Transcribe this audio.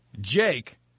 Jake